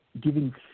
giving